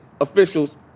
officials